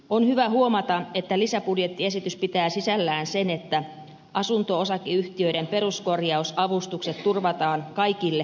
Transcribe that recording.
on hyvä huomata että lisäbudjettiesitys pitää sisällään sen että asunto osakeyhtiöiden peruskorjausavustukset turvataan kaikille hakijoille